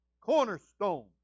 cornerstone